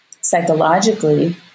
psychologically